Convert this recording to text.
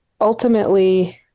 ultimately